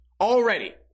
Already